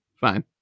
Fine